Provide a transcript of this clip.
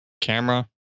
camera